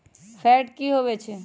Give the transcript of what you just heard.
Fat की होवछै?